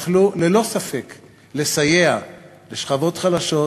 שיכלו ללא ספק לסייע לשכבות חלשות,